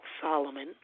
Solomon